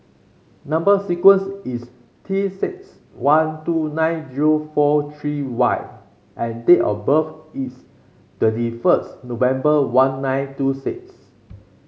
number sequence is T six one two nine zero four three Y and date of birth is twenty first November one nine two six